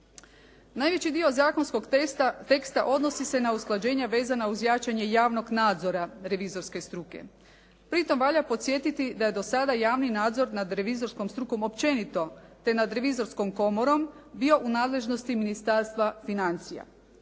Najveći dio zakonskog teksta odnosi se na usklađenja vezana uz jačanje javnog nadzora revizorske struke. Pri tom valja podsjetiti da je do sada javni nadzor nad revizorskom strukom općenito, te nad revizorskom komorom bio u nadležnosti Ministarstva financija.